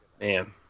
Man